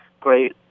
great